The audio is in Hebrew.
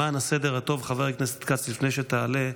למען הסדר הטוב, חבר הכנסת כץ, לפני שתעלה,